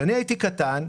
שכשאני הייתי קטן,